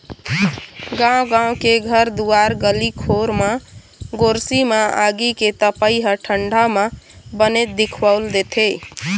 गाँव गाँव के घर दुवार गली खोर म गोरसी म आगी के तपई ह ठंडा म बनेच दिखउल देथे